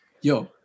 Yo